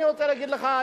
אני רוצה להגיד לך,